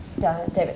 David